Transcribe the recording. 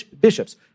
bishops